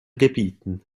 gebieten